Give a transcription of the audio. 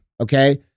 Okay